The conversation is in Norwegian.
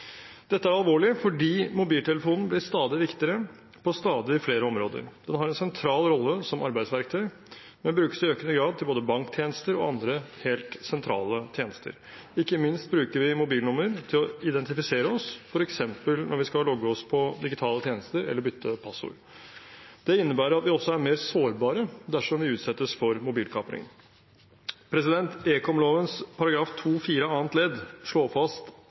Dette er alvorlig, for mobiltelefonen blir stadig viktigere på stadig flere områder. Den har en sentral rolle som arbeidsverktøy, men brukes i økende grad til både banktjenester og andre helt sentrale tjenester. Ikke minst bruker vi mobilnummer til å identifisere oss, f.eks. når vi skal logge oss på digitale tjenester eller bytte passord. Det innebærer at vi også er mer sårbare dersom vi utsettes for mobilkapring. Ekomloven § 2-4 annet ledd slår fast: